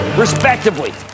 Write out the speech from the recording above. respectively